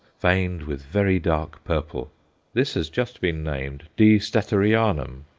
veined with very dark purple this has just been named d. statterianum.